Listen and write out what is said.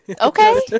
Okay